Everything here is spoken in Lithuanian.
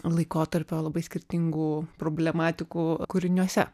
laikotarpio labai skirtingų problematikų kūriniuose